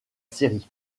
série